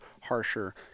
harsher